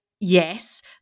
yes